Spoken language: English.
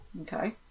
Okay